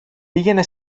πήγαινε